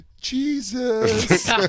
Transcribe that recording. Jesus